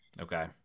Okay